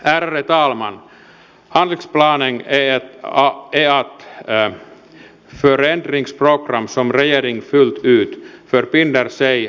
handlingsplanen är ett förändringsprogram som regeringen fullt ut förbinder sig att genomföra